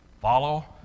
follow